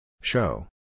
Show